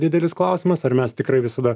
didelis klausimas ar mes tikrai visada